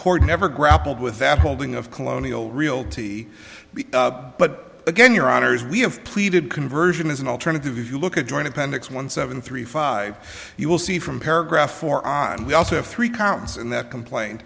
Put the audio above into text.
court never grappled with that holding of colonial realty but again your honour's we have pleaded conversion is an alternative if you look at join appendix one seven three five you will see from paragraph four on we also have three counts in that complain